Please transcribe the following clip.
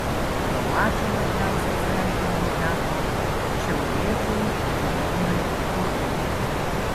po mačo daugiausiai sveikinimų teko šiauliečiui žydrūnui urbonui